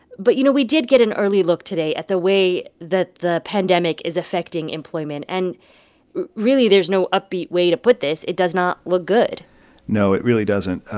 but, you know, we did get an early look today at the way that the pandemic is affecting employment. and really, there's no upbeat way to put this. it does not look good no, it really doesn't.